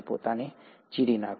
પોતાને ચીરી નાખવું